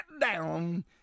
down